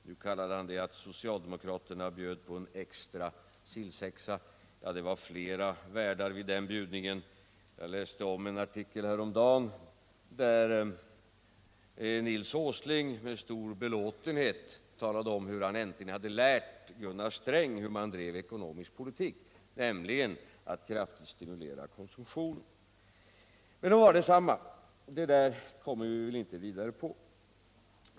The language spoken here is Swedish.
Nu kallade han det att socialdemokraterna bjöd på en extra sillsexa. Ja, det var flera värdar vid den bjudningen. Jag läste om en artikel häromdagen, där Nils Åsling med stor belåtenhet talade om hur han äntligen hade lärt Gunnar Sträng hur man bedriver ekonomisk politik, nämligen att kraftigt stimulera konsumtionen. Men det må vara detsamma, den vägen kommer vi väl inte vidare på.